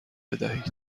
بدهید